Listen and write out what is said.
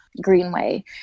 Greenway